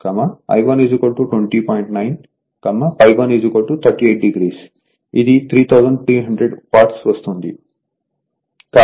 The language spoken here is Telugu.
9∅1 38 o ఇది 3300 వాట్స్ వస్తుంది